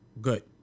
good